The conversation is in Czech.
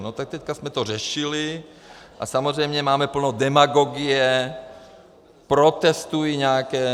No tak teď jsme to řešili a samozřejmě máme plno demagogie, protestují nějaké...